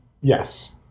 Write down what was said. yes